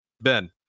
Ben